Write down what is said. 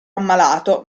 ammalato